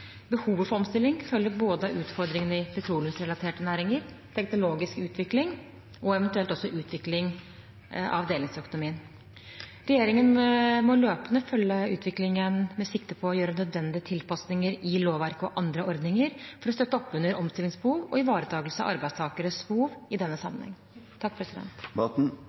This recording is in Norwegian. Behovet for omstilling følger både av utfordringene i petroleumsrelaterte næringer, teknologisk utvikling og eventuelt også utvikling av delingsøkonomien. Regjeringen må løpende følge utviklingen med sikte på å gjøre nødvendige tilpasninger i lovverk og andre ordninger for å støtte opp under omstillingsbehov og ivaretakelse av arbeidstakernes behov i denne sammenheng.